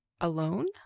alone